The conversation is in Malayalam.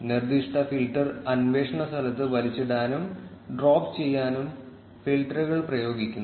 നിർദ്ദിഷ്ട ഫിൽട്ടർ അന്വേഷണ സ്ഥലത്ത് വലിച്ചിടാനും ഡ്രോപ്പ് ചെയ്യാനും ഫിൽട്ടറുകൾ പ്രയോഗിക്കുന്നു